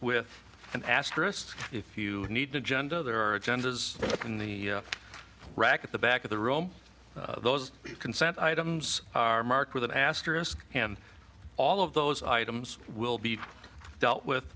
with an asterisk if you need to gender there are agendas in the rack at the back of the room those consent items are marked with an asterisk and all of those items will be dealt with